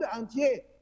entier